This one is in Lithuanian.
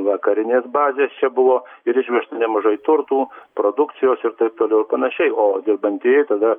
va karinės bazės čia buvo ir išvežta nemažai turtų produkcijos ir taip toliau ir panašiai o dirbantieji tada